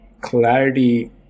clarity